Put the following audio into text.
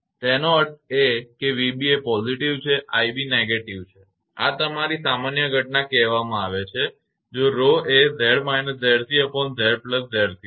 તેનો અર્થ એ કે 𝑣𝑏 એ positive છે અને 𝑖𝑏 એ negative છે તેને આ તમારી સામાન્ય ઘટના કહેવામાં આવે છે જો તે 𝜌 એ 𝑍−𝑍𝑐𝑍𝑍𝑐 છે